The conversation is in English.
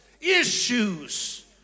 issues